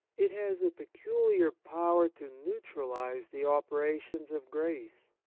it has a peculiar power to neutralize the operations of grace,